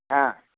ஆ